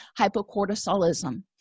hypocortisolism